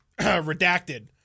Redacted